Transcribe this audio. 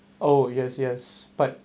oh yes yes but